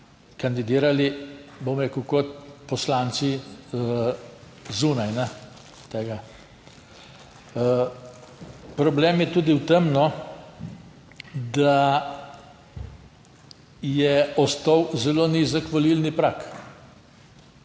kandidirali, bom rekel, kot poslanci zunaj tega. Problem je tudi v tem, da je ostal zelo nizek volilni prag.